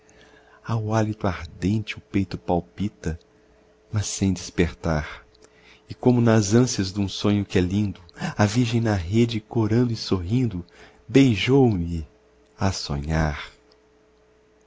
ao hálito ardente o peito palpita mas sem despertar e como nas ânsias dum sonho que é lindo a virgem na rede corando e sorrindo beijou-me a sonhar